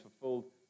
fulfilled